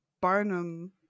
Barnum